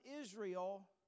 Israel